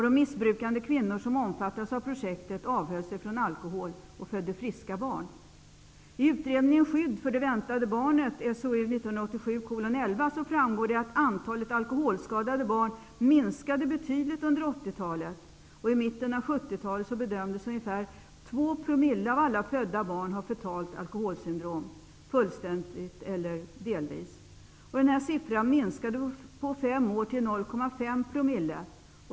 De missbrukande kvinnor som omfattades av projektet avhöll sig från alkohol och födde friska barn. 1987:11, framgår det att antalet alkoholskadade barn minskade betydligt under 80-talet. I mitten av 70-talet bedömdes ungefär 2 promille av alla födda barn ha fetalt alkoholsyndrom, fullständigt eller delvis. Den här siffran minskade på fem år till 0,5 promille.